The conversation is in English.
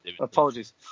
Apologies